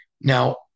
Now